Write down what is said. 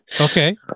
Okay